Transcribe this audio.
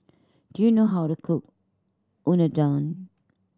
do you know how to cook Unadon